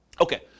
Okay